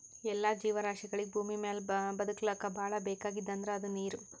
ಎಲ್ಲಾ ಜೀವರಾಶಿಗಳಿಗ್ ಭೂಮಿಮ್ಯಾಲ್ ಬದಕ್ಲಕ್ ಭಾಳ್ ಬೇಕಾಗಿದ್ದ್ ಅಂದ್ರ ಅದು ನೀರ್